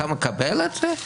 אתה מקבל את זה?